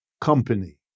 company